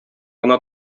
гына